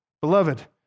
Beloved